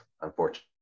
unfortunately